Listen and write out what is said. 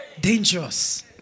Dangerous